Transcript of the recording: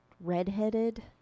redheaded